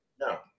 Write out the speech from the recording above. No